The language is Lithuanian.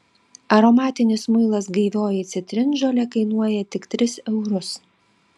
aromatinis muilas gaivioji citrinžolė kainuoja tik tris eurus